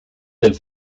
del